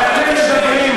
איזו סגירת עיתון?